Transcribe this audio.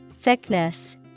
Thickness